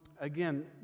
again